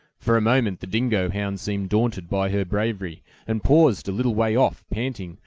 for a moment the dingo hound seemed daunted by her bravery, and paused a little way off, panting,